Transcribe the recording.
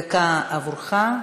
דקה עבורך.